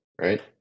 right